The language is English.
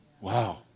Wow